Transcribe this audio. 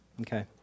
Okay